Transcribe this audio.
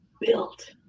built